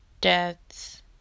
deaths